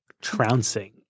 trouncing